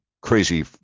crazy